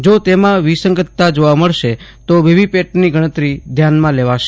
જો તેમાં વિસંગતતા જોવા મળશે તો વીવીપેટની ગણતરી ધ્યાનમાં લેવાશે